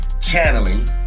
channeling